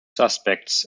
suspects